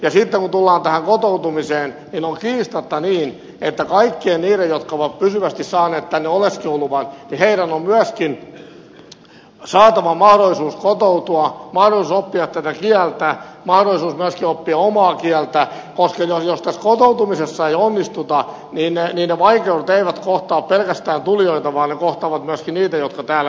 sitten kun tullaan tähän kotoutumiseen niin on kiistatta niin että kaikkien niiden jotka ovat pysyvästi saaneet tänne oleskeluluvan on myöskin saatava mahdollisuus kotoutua mahdollisuus oppia tätä kieltä mahdollisuus myöskin oppia omaa kieltä koska jos tässä kotoutumisessa ei onnistuta niin ne vaikeudet eivät kohtaa pelkästään tulijoita vaan ne kohtaavat myöskin niitä jotka täällä jo ovat